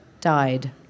died